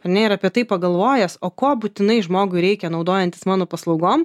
ane ir apie tai pagalvojęs o ko būtinai žmogui reikia naudojantis mano paslaugom